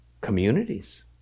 communities